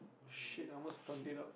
shit I almost plugged it out